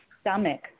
stomach